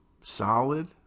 solid